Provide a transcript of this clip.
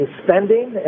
spending